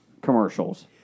commercials